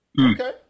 Okay